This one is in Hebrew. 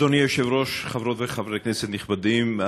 אדוני היושב-ראש, חברות וחברי כנסת נכבדים,